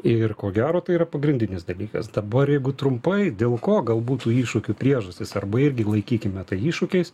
ir ko gero tai yra pagrindinis dalykas dabar jeigu trumpai dėl ko galbūt tų iššūkių priežastys arba irgi laikykime tai iššūkiais